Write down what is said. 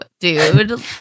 dude